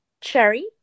cherry